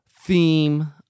theme